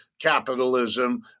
capitalism